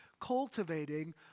cultivating